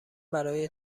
برای